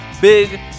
big